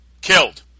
killed